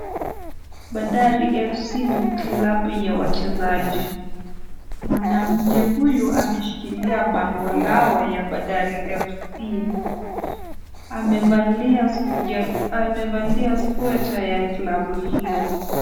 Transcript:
Bandari FC ni klabu ya wachezaji. Mwanamke huyu ameshikilia bango lao ya Bandari FC. Amevalia sweta ya klabu hiyo.